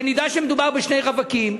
שנדע שמדובר בשני רווקים,